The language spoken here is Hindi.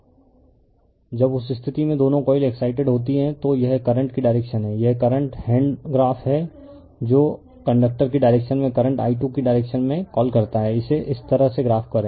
रिफर स्लाइड टाइम 1711 जब उस स्थिति में दोनों कॉइल एक्साइटेड होती हैं तो यह करंट की डायरेक्शन है यह करंट हैण्ड ग्राफ है जो कंडक्टर की डायरेक्शन में करंट i2 की डायरेक्शन में कॉल करता है इसे इस तरह से ग्राफ करें